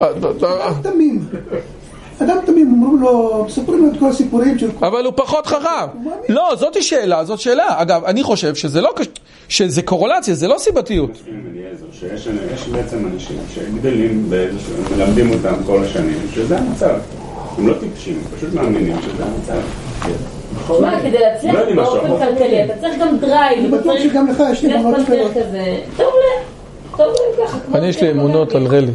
אדם תמים, אמרו לו, מספרים לו את כל הסיפורים אבל הוא פחות חכם לא, זאת שאלה, זאת שאלה אגב, אני חושב שזה קורולציה, זה לא סיבתיות שיש בעצם אנשים שגדלים, מלמדים אותם כל השנים שזה המצב, הם לא טיפשים, הם פשוט מאמינים שזה המצב מה, כדי להצליח באופן כלכלי אתה צריך גם דרייב בטוח שגם לך יש לי אמונות שכנות טוב לך, טוב לך אני יש לי אמונות על רלי